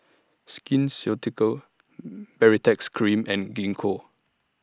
Skin Ceuticals Baritex Cream and Gingko